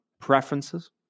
preferences